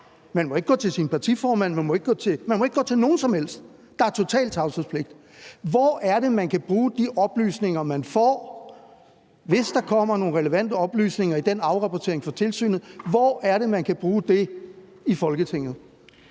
Man må ikke gå til sin partiformand, man må ikke gå til nogen som helst. Der er total tavshedspligt. Hvor er det, man kan bruge de oplysninger, man får, hvis der kommer nogle relevante oplysninger i den afrapportering fra tilsynet? Hvor er det, man kan bruge det i Folketinget?